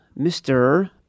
Mr